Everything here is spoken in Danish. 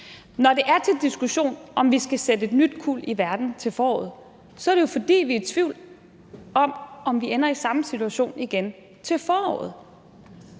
Når det er til diskussion, om vi skal sætte et nyt kuld i verden til foråret, så er det jo, fordi vi er i tvivl om, om vi ender i samme situation igen til foråret,